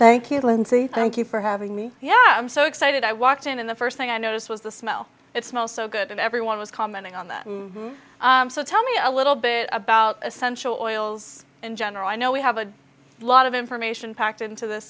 thank you and say thank you for having me yeah i'm so excited i walked in and the first thing i noticed was the smell it smell so good and everyone was commenting on the so tell me a little bit about essential oils in general i know we have a lot of information packed into this